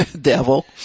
devil